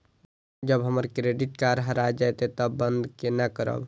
जब हमर credit card हरा जयते तब बंद केना करब?